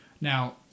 Now